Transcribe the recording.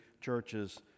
churches